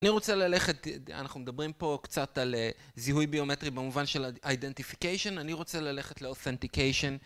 אני רוצה ללכת, אנחנו מדברים פה קצת על זיהוי ביומטרי במובן של איידנטיפיקיישן, אני רוצה ללכת לאותנטיקיישן.